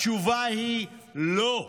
התשובה היא לא.